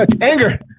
Anger